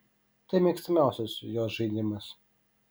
tai mėgstamiausias jos žaidimas